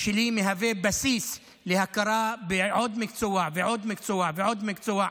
שלי מהווה בסיס להכרה בעוד מקצוע ועוד מקצוע ועוד מקצוע.